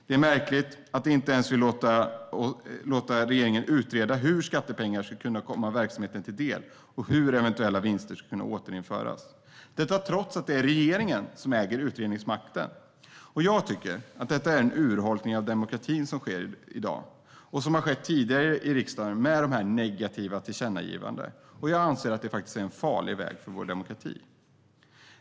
Det är märkligt att de inte ens vill låta regeringen utreda hur skattepengar ska kunna komma verksamheten till del och hur eventuella vinster ska kunna återinvesteras, detta trots att det är regeringen som äger utredningsmakten. Jag tycker att det är en urholkning av demokratin som sker i dag och har skett tidigare med de här negativa tillkännagivandena i riksdagen. Jag anser att det är en farlig väg för vår demokrati.